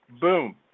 boom